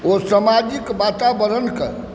ओ सामाजिक वातावरणके